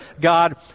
God